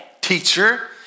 teacher